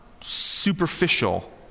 superficial